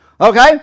Okay